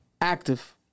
Active